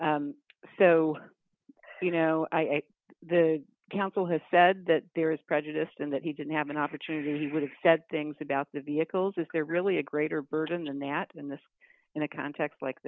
claim so you know the counsel has said that there is prejudiced in that he didn't have an opportunity he would have said things about the vehicles is there really a greater burden and that in this in a context like